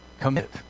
commit